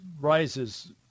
rises